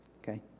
Okay